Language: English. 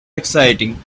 exciting